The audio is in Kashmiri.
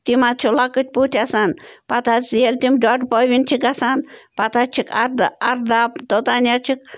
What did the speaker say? تِم حظ چھِ لۄکٕٹۍ پوٗتۍ آسان پَتہٕ حظ ییٚلہِ تِم ڈۄڈ پٔوِنۍ چھِ گَژھان پَتہٕ حظ چھِکھ اَرداب توٚتام حظ چھِکھ